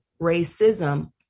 racism